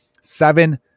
seven